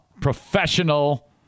professional